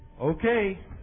Okay